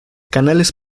canales